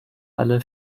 alle